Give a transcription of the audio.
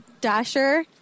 Dasher